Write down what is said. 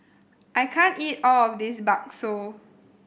I can't eat all of this Bakso